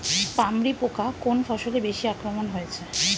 পামরি পোকা কোন ফসলে বেশি আক্রমণ হয়েছে?